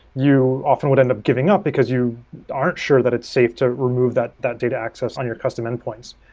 you often would end up giving up because you aren't sure that it's safe to remove that that data access on your customer endpoints.